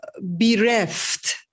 bereft